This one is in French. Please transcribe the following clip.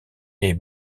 est